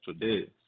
today